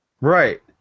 Right